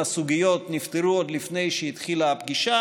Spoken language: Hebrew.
הסוגיות נפתרו עוד לפני שהתחילה הפגישה.